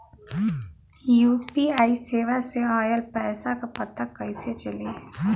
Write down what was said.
UPI सेवा से ऑयल पैसा क पता कइसे चली?